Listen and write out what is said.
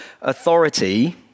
authority